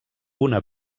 una